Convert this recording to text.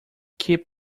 keep